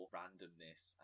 randomness